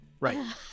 Right